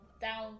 down